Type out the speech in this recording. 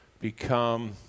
become